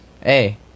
Hey